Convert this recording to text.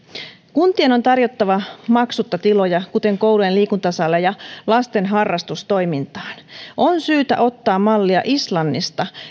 kuntien on tarjottava maksutta tiloja kuten koulujen liikuntasaleja lasten harrastustoimintaan on syytä ottaa mallia islannista